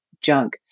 junk